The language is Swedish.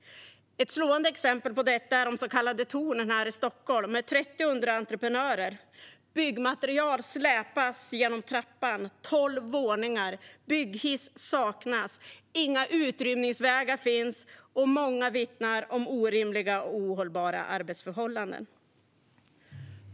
Ett slående exempel på detta är de så kallade tornen här i Stockholm, med 30 underentreprenörer. Byggmaterial släpas genom trappan - det är 12 våningar. Bygghiss saknas. Inga utrymningsvägar finns. Många vittnar om orimliga och ohållbara arbetsförhållanden.